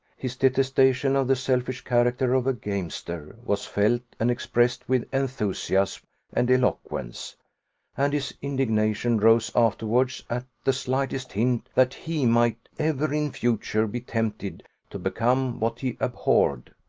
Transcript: his detestation of the selfish character of a gamester was felt and expressed with enthusiasm and eloquence and his indignation rose afterwards at the slightest hint that he might ever in future be tempted to become what he abhorred.